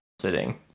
sitting